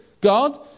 God